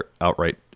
outright